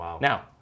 Now